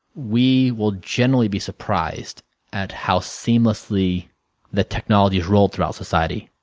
we will generally be surprised at how seamlessly the technology is rolled throughout society.